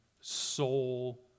soul